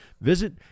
visit